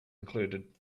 included